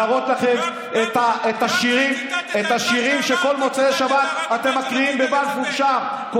להראות לכם את השירים שכל מוצאי שבת אתם מקריאים בבלפור שם,